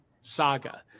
Saga